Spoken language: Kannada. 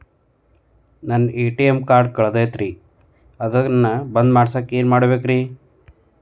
ನನ್ನ ಎ.ಟಿ.ಎಂ ಕಾರ್ಡ್ ಕಳದೈತ್ರಿ ಅದನ್ನ ಬಂದ್ ಮಾಡಸಾಕ್ ಏನ್ ಮಾಡ್ಬೇಕ್ರಿ?